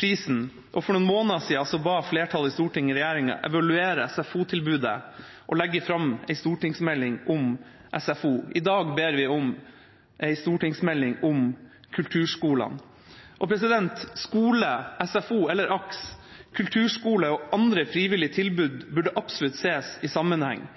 prisen, og for noen måneder siden ba flertallet i Stortinget regjeringa evaluere SFO-tilbudet og å legge fram en stortingsmelding om SFO. I dag ber vi om en stortingsmelding om kulturskolene. Skole, SFO eller AKS, kulturskole eller andre frivillige tilbud burde absolutt ses i sammenheng.